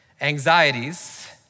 Anxieties